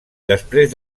després